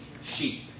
sheep